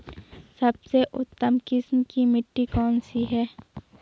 सबसे उत्तम किस्म की मिट्टी कौन सी है?